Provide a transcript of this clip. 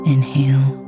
Inhale